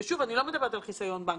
ושוב, אני לא מדברת על חיסיון בנק-לקוח.